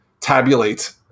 tabulate